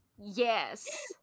Yes